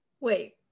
Wait